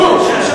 כלום.